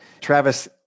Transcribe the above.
Travis